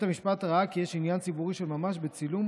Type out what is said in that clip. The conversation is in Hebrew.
המשפט ראה כי יש עניין ציבורי של ממש בצילום